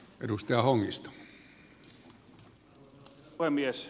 arvoisa herra puhemies